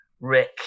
Rick